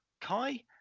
Kai